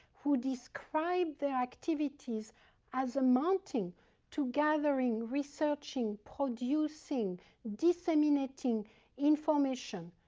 who describe their activities as amounting to gathering, researching, producing, disseminating information,